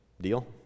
Deal